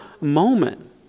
moment